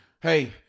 Hey